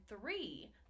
three